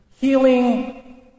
healing